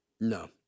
No